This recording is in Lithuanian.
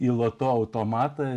į loto automatą